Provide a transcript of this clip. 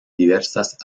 diversas